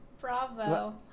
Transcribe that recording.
Bravo